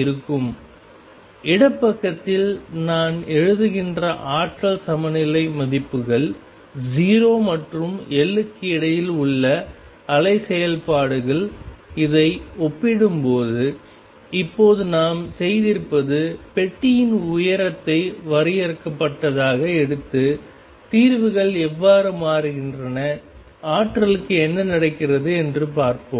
இருக்கும் இடப்பக்கத்தில் நான் எழுதுகின்ற ஆற்றல் சமநிலை மதிப்புகள் 0 மற்றும் L க்கு இடையில் உள்ள அலை செயல்பாடுகள் இதை ஒப்பிடும்போது இப்போது நாம் செய்திருப்பது பெட்டியின் உயரத்தை வரையறுக்கப்பட்டதாக எடுத்து தீர்வுகள் எவ்வாறு மாறுகின்றன ஆற்றலுக்கு என்ன நடக்கிறது என்று பார்ப்போம்